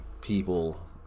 people